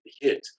hit